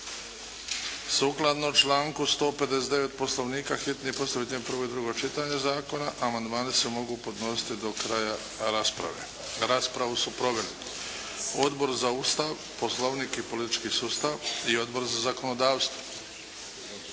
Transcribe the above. Sukladno članku 159. Poslovnika, hitni postupak objedinjuje prvo i drugo čitanje zakona. Amandmani se mogu podnositi do kraja rasprave. Raspravu su proveli: Odbor za Ustav, Poslovnik i politički sustav i Odbor za zakonodavstvo.